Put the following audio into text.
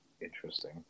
interesting